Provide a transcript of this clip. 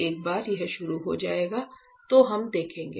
एक बार यह शुरू हो जाएगा तो हम देखेंगे